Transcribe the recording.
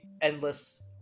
endless